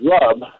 rub